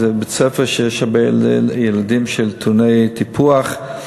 זה בית-ספר שיש הרבה ילדים טעוני טיפוח,